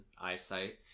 eyesight